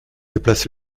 déplace